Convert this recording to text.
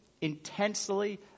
intensely